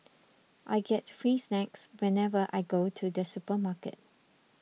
I get free snacks whenever I go to the supermarket